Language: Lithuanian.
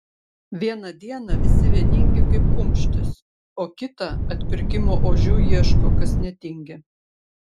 vieną dieną visi vieningi kaip kumštis o kitą atpirkimo ožių ieško kas netingi